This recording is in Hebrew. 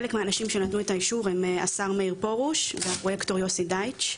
חלק מהאנשים שנתנו את האישור הם השר מאיר פרוש והפרויקטור יוסי דייטש.